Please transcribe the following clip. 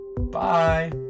Bye